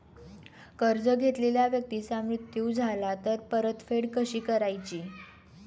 कर्ज घेतलेल्या व्यक्तीचा मृत्यू झाला तर परतफेड कशी करायची?